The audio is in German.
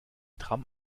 tram